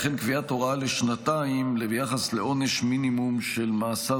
וכן קביעת הוראה לשנתיים ביחס לעונש מינימום של מאסר